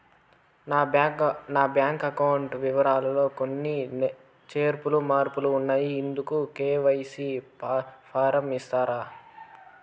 నా bank account వివరాలు లో కొన్ని చేర్పులు మార్పులు ఉన్నాయి, ఇందుకు కె.వై.సి ఫారం ఇస్తారా?